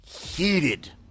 heated